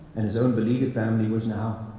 and his own beleaguered family was now,